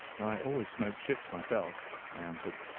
i always smoke ship's myself, i answered.